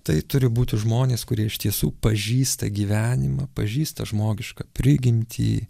tai turi būti žmonės kurie iš tiesų pažįsta gyvenimą pažįsta žmogišką prigimtį